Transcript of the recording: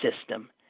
system